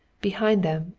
behind them,